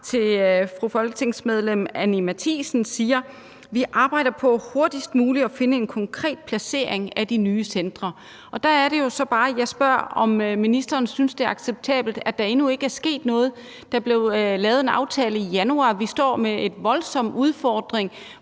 til folketingsmedlem fru Anni Matthiesen siger: »Vi arbejder på hurtigst muligt at finde en konkret placering af de nye centre«. Og der er det jo så bare, at jeg spørger, om ministeren synes, det er acceptabelt, at der endnu ikke er sket noget. Der blev lavet en aftale i januar, og vi står med en voldsom udfordring,